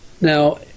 Now